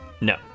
No